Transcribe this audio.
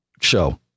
show